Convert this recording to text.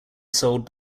sold